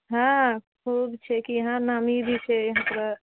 हँ खूब छै कि यहाँ नामी भी छै यहाँ पर